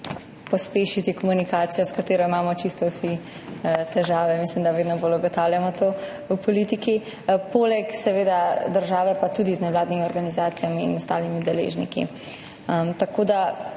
pospešiti komunikacijo, s katero imamo čisto vsi težave – mislim, da vedno bolj ugotavljamo to v politiki. Poleg države pa tudi z nevladnimi organizacijami in ostalimi deležniki. Nekaj